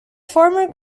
former